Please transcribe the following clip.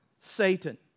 Satan